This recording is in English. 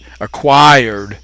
acquired